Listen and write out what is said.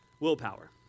Willpower